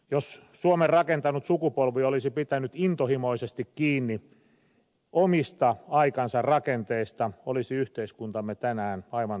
jos suomen rakentanut sukupolvi olisi pitänyt intohimoisesti kiinni omista aikansa rakenteista olisi yhteiskuntamme tänään aivan toisenlainen